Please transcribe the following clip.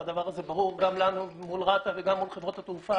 והדבר הזה ברור גם לנו מול רת"א וגם מול חברות התעופה.